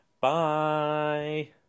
Bye